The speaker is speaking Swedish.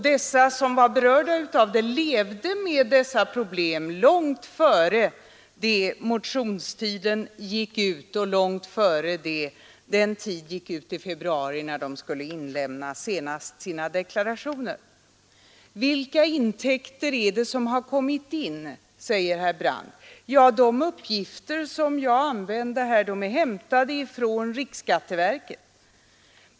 De som var berörda av detta levde med dessa problem långt före det att 180 motionstiden gick ut och långt innan den tid gick ut i februari när de Vilka intäkter har kommit in, frågar herr Brandt. Ja, de uppgifter jag använde är hämtade från riksskatteverket.